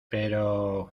pero